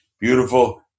beautiful